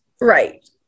Right